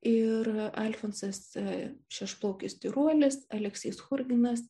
ir alfonsas šešplaukis tyruolis aleksys churginas